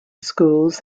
schools